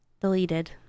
deleted